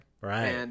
right